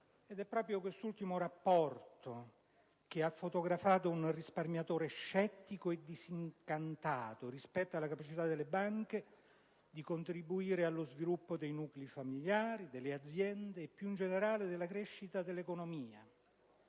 Ed è proprio quest'ultimo rapporto che ha fotografato un risparmiatore scettico e disincantato rispetto alla capacità delle banche di contribuire allo sviluppo dei nuclei familiari, delle aziende e, più in generale, della crescita dell'economia.